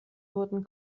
wurden